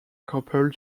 couple